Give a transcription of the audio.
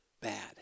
bad